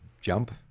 jump